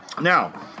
Now